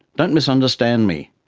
don't misunderstand me,